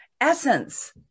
essence